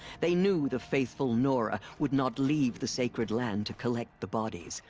they knew the faithful nora. would not leave the sacred land to collect the bodies.